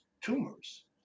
tumors